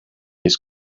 his